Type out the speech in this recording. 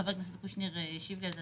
חבר הכנסת קושניר השיב לי על זה.